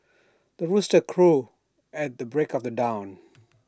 the rooster crows at the break of dawn